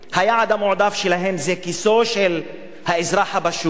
היעד המועדף שלהם זה כיסו של האזרח הפשוט;